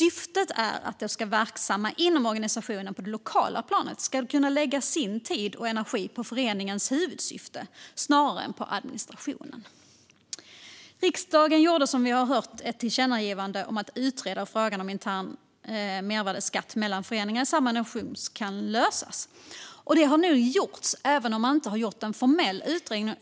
Syftet är att de som är verksamma inom organisationen på det lokala planet ska kunna lägga sin tid och energi på föreningens huvudsyfte snarare än på administration. Som vi har hört gjorde riksdagen ett tillkännagivande om att utreda hur frågan om intern mervärdesskatt mellan föreningar i samma organisation kan lösas. Det har nu gjorts, även om det inte var en formell utredning.